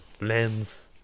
Lens